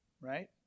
Right